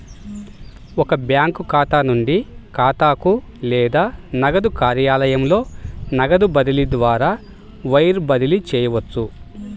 ఒక బ్యాంకు ఖాతా నుండి ఖాతాకు లేదా నగదు కార్యాలయంలో నగదు బదిలీ ద్వారా వైర్ బదిలీ చేయవచ్చు